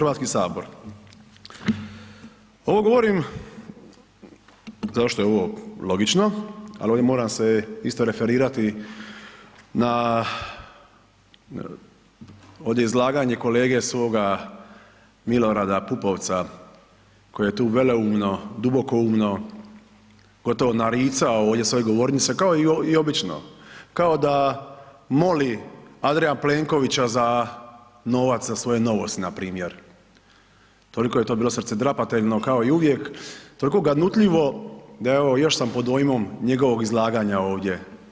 Ovo govorim, zašto je ovo logično, al ovdje moram se isto referirati na, ovdje izlaganje kolege svoga Milorada Pupovca koji je tu veleumno, dubokoumno, gotovo naricao ovdje s ove govornice, kao i obično, kao da moli Andreja Plenkovića za novac za svoje novosti npr., toliko je to bilo srcedrapateljno kao i uvijek, toliko ganutljivo da evo još sam pod dojmom njegovog izlaganja ovdje.